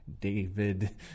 david